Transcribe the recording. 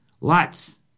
Lots